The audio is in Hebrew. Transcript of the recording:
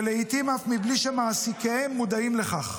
לעיתים אף בלי שמעסיקיהם מודעים לכך.